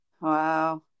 Wow